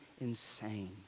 insane